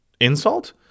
insult